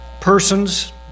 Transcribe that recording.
persons